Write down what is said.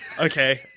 Okay